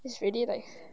it's already like